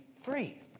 free